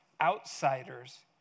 outsiders